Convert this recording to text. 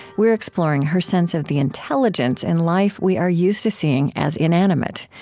we're exploring her sense of the intelligence in life we are used to seeing as inanimate.